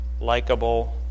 Likeable